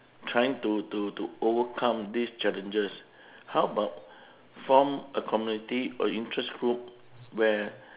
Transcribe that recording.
trying to to to overcome these challenges how about form a community or interest group where